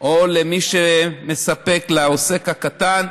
או לעוסק הקטן,